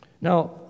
Now